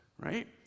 Right